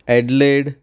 Adelaide